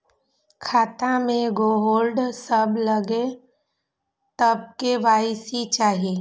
खाता में होल्ड सब लगे तब के.वाई.सी चाहि?